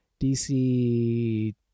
DC